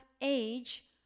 age